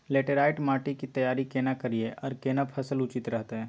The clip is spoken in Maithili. लैटेराईट माटी की तैयारी केना करिए आर केना फसल उचित रहते?